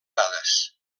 dades